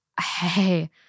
hey